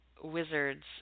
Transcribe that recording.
Wizards